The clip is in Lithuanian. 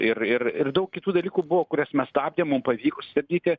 ir ir ir daug kitų dalykų buvo kuriuos mes stabdėm mum pavyko sustabdyti